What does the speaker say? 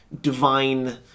divine